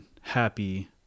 happy